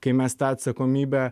kai mes tą atsakomybę